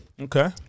Okay